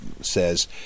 says